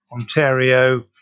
Ontario